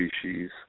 species